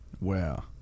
Wow